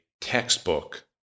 textbook